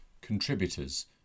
Contributors